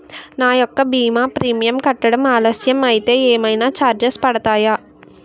నా యెక్క భీమా ప్రీమియం కట్టడం ఆలస్యం అయితే ఏమైనా చార్జెస్ పడతాయా?